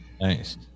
Nice